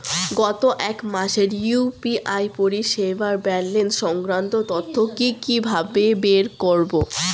গত এক মাসের ইউ.পি.আই পরিষেবার ব্যালান্স সংক্রান্ত তথ্য কি কিভাবে বের করব?